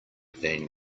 than